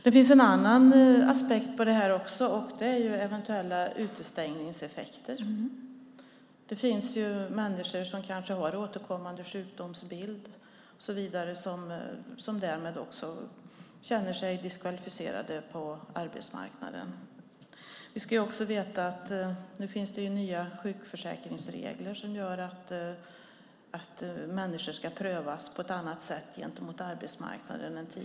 Det finns också en annan aspekt på det här, nämligen eventuella utestängningseffekter. Det finns människor som har en återkommande sjukdomsbild och så vidare som därmed också känner sig diskvalificerade på arbetsmarknaden. Vi ska också veta att det finns nya sjukförsäkringsregler nu som gör att människor ska prövas på ett annat sätt än tidigare gentemot arbetsmarknaden.